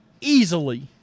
easily